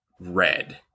Red